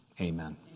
Amen